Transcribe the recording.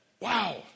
Wow